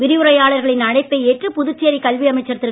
விரிவுரையாளர்களின் அழைப்பை ஏற்று புதுச்சேரி கல்வி அமைச்சர் திரு